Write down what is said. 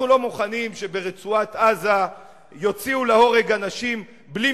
אנחנו לא מוכנים שברצועת-עזה יוציאו להורג אנשים בלי